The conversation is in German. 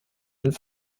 einen